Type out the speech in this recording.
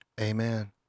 Amen